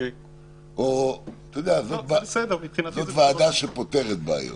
זאת ועדה שפותרת בעיות.